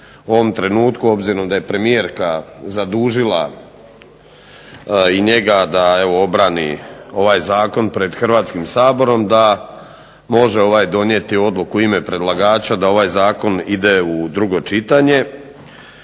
u ovom trenutku obzirom da je premijerka zadužila i njega da evo obrani ovaj zakon pred Hrvatskim saborom da može donijeti odluku u ime predlagača da ovaj zakon ide u drugo čitanje.